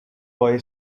boy